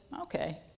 Okay